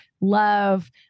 love